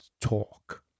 talk